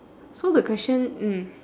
so the question mm